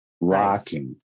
Rocking